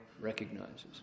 recognizes